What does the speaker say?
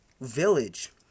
village